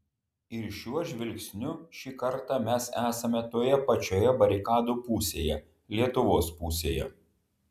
ir šiuo žvilgsniu šį kartą mes esame toje pačioje barikadų pusėje lietuvos pusėje